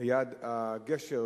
ליד הגשר,